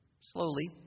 slowly